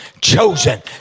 Chosen